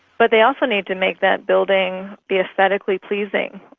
but they often need to make that building be aesthetically pleasing,